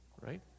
right